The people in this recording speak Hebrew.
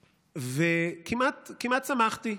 וכמעט כמעט שמחתי,